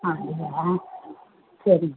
அப்படியா சரிங்க